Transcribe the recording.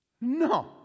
No